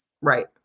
Right